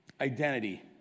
identity